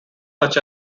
such